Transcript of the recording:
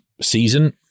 season